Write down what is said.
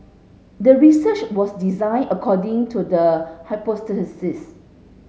the research was designed according to the hypothesis